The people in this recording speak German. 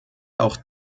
auch